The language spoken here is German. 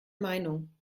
meinung